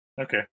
Okay